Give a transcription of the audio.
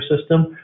system